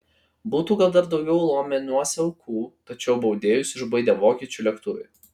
būtų gal dar daugiau lomeniuose aukų tačiau baudėjus išbaidė vokiečių lėktuvai